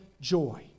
joy